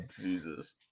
Jesus